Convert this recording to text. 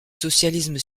socialisme